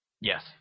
Yes